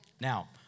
Now